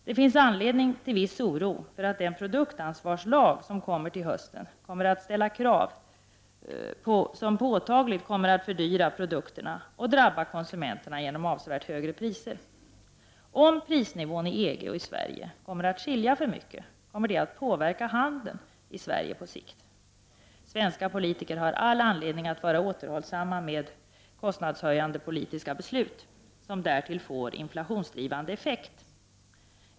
Det finns anledning till viss oro för att den produktansvarslag som kommer till hösten kommer att ställa krav som påtagligt kommer att fördyra produkterna och drabba konsumenterna genom avsevärt högre priser. Om prisnivån i EG och i Sverige skiljer sig för mycket kommer detta på sikt att påverka handeln i Sverige. Svenska politiker har all anledning att vara återhållsamma med kostnadshöjande politiska beslut, som därtill får inflationsdrivande effekt.